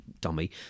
dummy